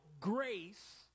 grace